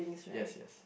yes yes